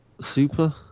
Super